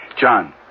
John